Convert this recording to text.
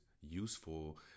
useful